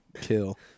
kill